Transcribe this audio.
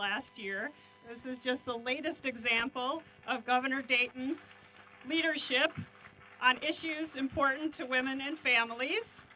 last year this is just the latest example of governor davis leadership on issues important to women and families